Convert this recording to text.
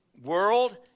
World